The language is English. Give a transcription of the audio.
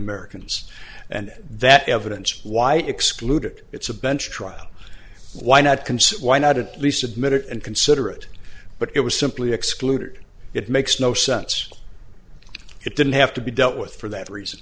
americans and that evidence why excluded it's a bench trial why not consider why not at least admit it and consider it but it was simply excluded it makes no sense it didn't have to be dealt with for that reason